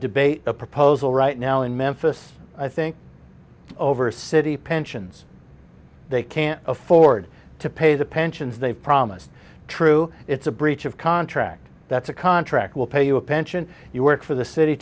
debate proposal right now in memphis i think over city pensions they can't afford to pay the pensions they promised true it's a breach of contract that's a contract will pay you a pension you worked for the city